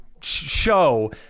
show